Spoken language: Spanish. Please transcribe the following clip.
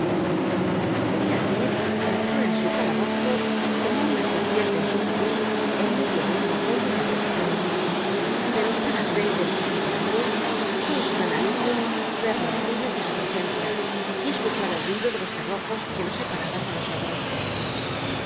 ll cep cnttó ca su calabozo como uua se r piente en su cubil en medio de un murmullo de aprobacion pero para l'raddles y para mi rué un gran aliyio yernos libres de su presencia y escuchar el ruido de los cerrojos que lo scpa taban de nosotros